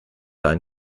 ein